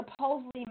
supposedly